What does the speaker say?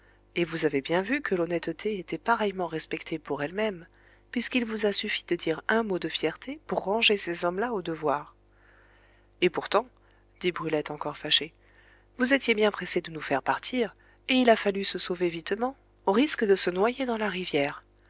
et vous avez bien vu que l'honnêteté était pareillement respectée pour elle-même puisqu'il vous a suffi de dire un mot de fierté pour ranger ces hommes-là au devoir et pourtant dit brulette encore fâchée vous étiez bien pressé de nous faire partir et il a fallu se sauver vitement au risque de se noyer dans la rivière